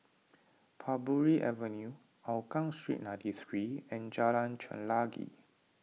Parbury Avenue Hougang Street ninety three and Jalan Chelagi